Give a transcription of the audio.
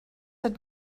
had